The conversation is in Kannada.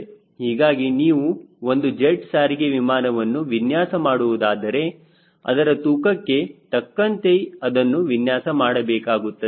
ಹೀಗಾಗಿ ನೀವು ಒಂದು ಜೆಟ್ ಸಾರಿಗೆ ವಿಮಾನವನ್ನು ವಿನ್ಯಾಸ ಮಾಡುವುದಾದರೆ ಅದರ ತೂಕಕ್ಕೆ ತಕ್ಕಂತೆ ಅದನ್ನು ವಿನ್ಯಾಸ ಮಾಡಬೇಕಾಗುತ್ತದೆ